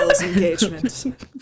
engagement